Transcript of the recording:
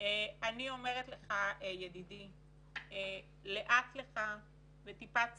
אני אומרת לך, ידידי, לאט לך וטיפת צניעות.